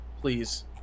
please